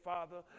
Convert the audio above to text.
Father